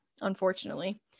unfortunately